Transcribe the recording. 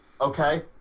Okay